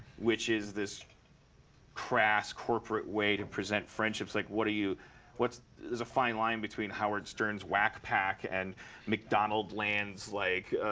which is this crass, corporate way to present friendships. like, what are you there's a fine line between howard stern's whack pack and mcdonaldland's, like,